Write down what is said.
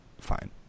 fine